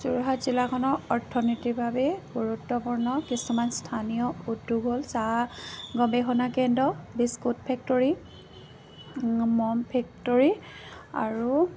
যোৰহাট জিলাখনৰ অৰ্থনীতিৰ বাবে গুৰুত্বপূৰ্ণ কিছুমান স্থানীয় উদ্যোগ হ'ল চাহ গৱেষণা কেন্দ্ৰ বিস্কুট ফেক্টৰী মম ফেক্টৰী আৰু